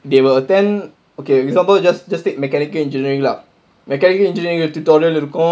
they will attend okay example just just take mechanical engineering lah mechanical engineering tutorial இருக்கும்:irukkum